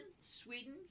Sweden